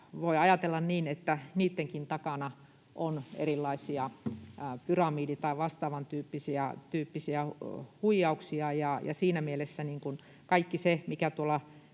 voi ajatella niin, että niittenkin takana on erilaisia pyramidi- tai vastaavantyyppisiä huijauksia, ja siinä mielessä kaikki se,